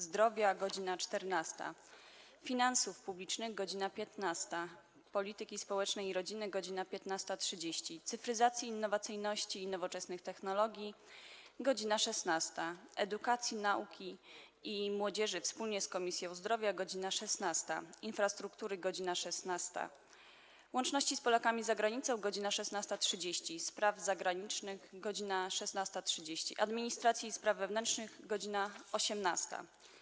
Zdrowia - godz. 14, - Finansów Publicznych - godz. 15, - Polityki Społecznej i Rodziny - godz. 15.30, - Cyfryzacji, Innowacyjności i Nowoczesnych Technologii - godz. 16, - Edukacji, Nauki i Młodzieży wspólnie z Komisją Zdrowia - godz. 16, - Infrastruktury - godz. 16, - Łączności z Polakami za Granicą - godz. 16.30, - Spraw Zagranicznych - godz. 16.30, - Administracji i Spraw Wewnętrznych - godz. 18.